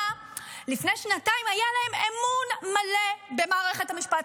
לפני שנתיים היה להם אמון מלא במערכת המשפט,